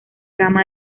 gama